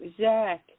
Zach